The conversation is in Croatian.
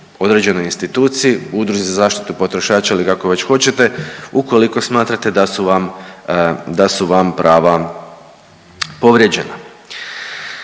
određenoj instituciji, udruzi za zaštitu potrošača ili kako već hoćete, ukoliko smatrate da su vam, da su vam prava povrijeđena.